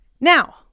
Now